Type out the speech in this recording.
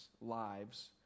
lives